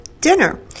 dinner